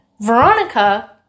Veronica